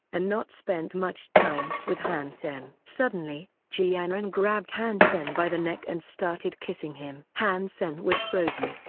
and not spent much time with han sen. suddenly, ji yanran grabbed han sen by the neck and started kissing him. han sen was frozen,